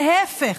להפך.